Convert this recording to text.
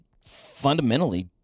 fundamentally